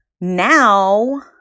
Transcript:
now